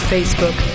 Facebook